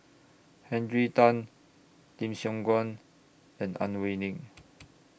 Henry Tan Lim Siong Guan and Ang Wei Neng